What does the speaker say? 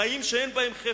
חיים שאין בהם חפץ.